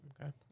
Okay